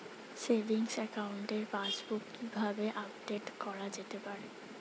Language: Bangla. সেভিংস একাউন্টের পাসবুক কি কিভাবে আপডেট করা যেতে পারে?